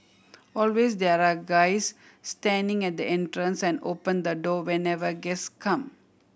always there are guys standing at the entrance and open the door whenever guest come